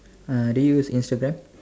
uh do you use Instagram